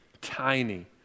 tiny